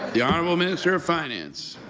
the honourable minister of finance.